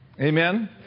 Amen